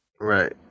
right